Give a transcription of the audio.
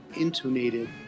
intonated